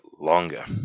longer